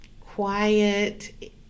quiet